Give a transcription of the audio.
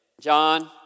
John